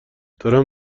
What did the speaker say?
دارم